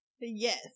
Yes